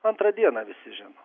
antrą dieną visi žino